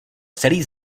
celý